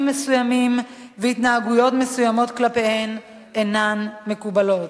מסוימים והתנהגויות מסוימות כלפיהן אינן מקובלות.